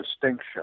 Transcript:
distinction